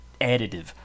additive